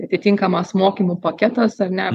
atitinkamas mokymų paketas ar ne